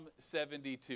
72